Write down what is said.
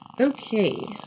Okay